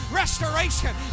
restoration